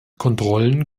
kontrollen